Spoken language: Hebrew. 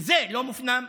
וזה לא מופנם.